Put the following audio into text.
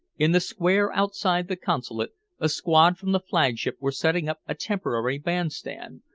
in the square outside the consulate a squad from the flagship were setting up a temporary band-stand,